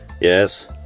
Yes